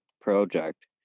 project